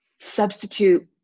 Substitute